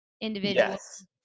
individuals